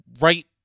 right